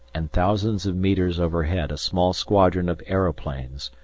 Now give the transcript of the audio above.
and thousands of metres overhead a small squadron of aeroplanes,